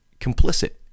complicit